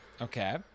Okay